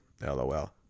LOL